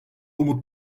umut